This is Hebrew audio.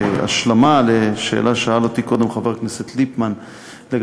השלמה לשאלה ששאל אותי קודם חבר הכנסת ליפמן לגבי